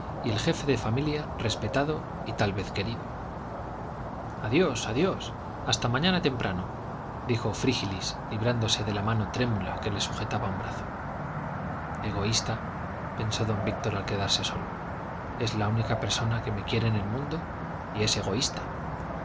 y el jefe de familia respetado y tal vez querido adiós adiós hasta mañana temprano dijo frígilis librándose de la mano trémula que le sujetaba un brazo egoísta pensó don víctor al quedarse solo es la única persona que me quiere en el mundo y es